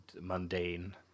mundane